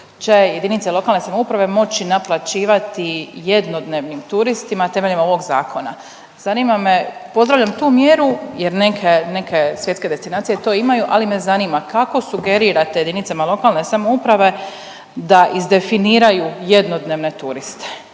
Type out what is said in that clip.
green tax koji će JLS moći naplaćivati jednodnevnim turistima temeljem ovog zakona. Zanima me, pozdravljam tu mjeru jer neke, neke svjetske destinacije to imaju, ali me zanima kako sugerirate JLS da izdefiniraju jednodnevne turiste,